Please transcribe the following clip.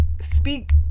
speak